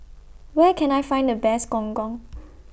Where Can I Find The Best Gong Gong